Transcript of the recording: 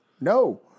No